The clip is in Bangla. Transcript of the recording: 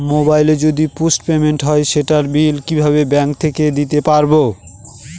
মোবাইল যদি পোসট পেইড হয় সেটার বিল কিভাবে ব্যাংক থেকে দিতে পারব?